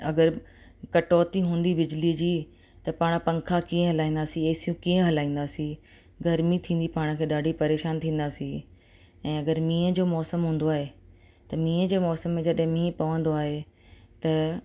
अगरि कटौती हूंदी बिजली जी त पाण पंखा कीअं हलाईंदासीं एसियूं कीअं हलाईंदासीं गर्मी थींदी पाण खे ॾाढी परेशान थींदासीं ऐं अगरि मींहं जो मौसम हूंदो आहे त मींहं जे मौसम में जॾहिं मींहुं पवंदो आहे त